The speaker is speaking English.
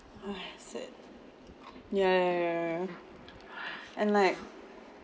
!aiya! sad ya ya ya ya and like